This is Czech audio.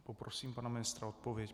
Poprosím pana ministra o odpověď.